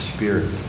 Spirit